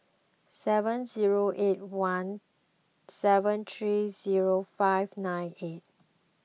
seven zero eight one seven three zero five nine eight